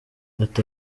ati